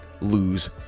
lose